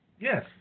Yes